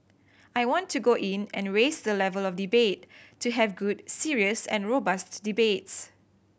I want to go in and raise the level of debate to have good serious and robust debates